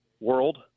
world